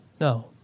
No